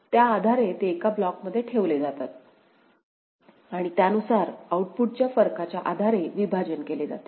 त्या आधारे ते एका ब्लॉकमध्ये ठेवले जातात आणि त्यानुसार आऊटपुटच्या फरकाच्या आधारे विभाजन केले जाते